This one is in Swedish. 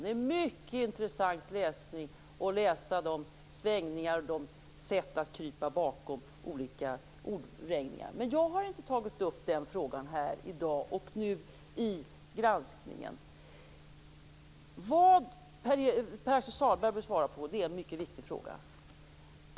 Det är en mycket intressant läsning och att se olika svängningar och sätt att krypa bakom olika ordvrängningar. Men jag har inte tagit upp den frågan här i dag och i granskningen. Pär-Axel Sahlberg bör svara på en mycket viktig fråga.